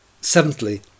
Seventhly